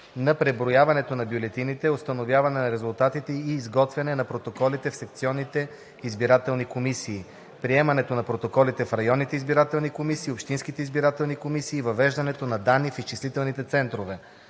на преброяването на бюлетините, установяване на резултатите и изготвяне на протоколите в секционните избирателни комисии, приемането на протоколите в районните избирателни комисии и общинските избирателни комисии и въвеждането на данни в изчислителните центрове.“